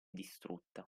distrutta